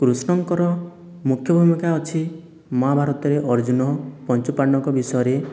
କୃଷ୍ଣଙ୍କର ମୁଖ୍ୟ ଭୂମିକା ଅଛି ମହାଭାରତରେ ଅର୍ଜୁନ ପଞ୍ଚୁ ପାଣ୍ଡବଙ୍କ ବିଷୟରେ